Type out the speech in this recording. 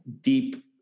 deep